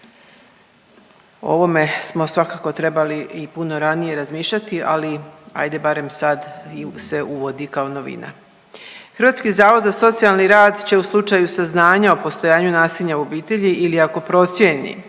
ovome smo svakako trebali i puno ranije razmišljati ali hajde barem sad se uvodi kao novina. Hrvatski zavod za socijalni rad će u slučaju saznanja o postojanju nasilja u obitelji ili ako procijeni